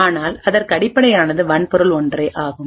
ஆனால் அதற்கு அடிப்படையானது வன்பொருள் ஒன்றே ஆகும்